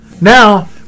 now